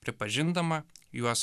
pripažindama juos